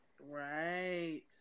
Right